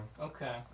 Okay